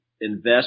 invest